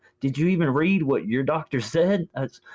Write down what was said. did you even read what your doctor said? ah,